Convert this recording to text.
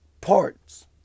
parts